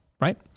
right